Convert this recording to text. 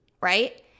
right